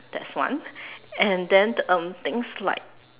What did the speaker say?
that's one and then um things like